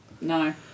No